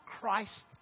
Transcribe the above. Christ